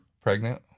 pregnant